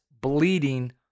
bleeding